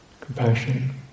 compassion